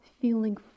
feeling